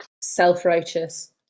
Self-righteous